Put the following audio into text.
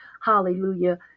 hallelujah